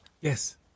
Yes